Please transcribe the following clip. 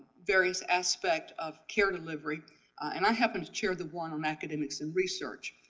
various aspect of care delivery and i happened to chair the one on academics and research.